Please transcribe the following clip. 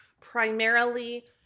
primarily